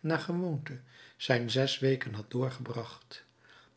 naar gewoonte zijn zes weken had doorgebracht